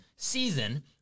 season